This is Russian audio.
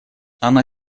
она